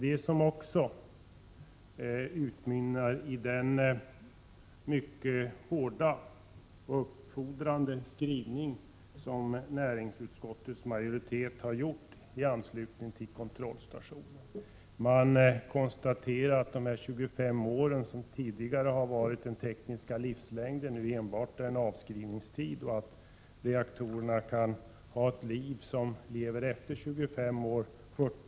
Detta förhållande har lett till den uppfordrande formulering som näringsutskottets majoritet har skrivit angående kontrollstationen. Utskottet har konstaterat att de 25 år som tidigare har ansetts vara den tekniska livslängden för anläggningarna nu enbart är en avskrivningstid, och att reaktorerna bedöms ha en livslängd på 40 år, minst.